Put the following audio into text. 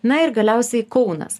na ir galiausiai kaunas